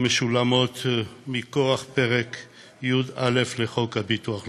המשולמות מכוח פרק י"א לחוק הביטוח הלאומי.